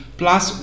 plus